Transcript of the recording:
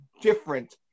different